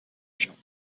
shop